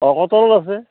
অঁ কটনৰ আছে